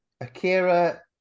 Akira